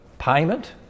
payment